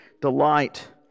delight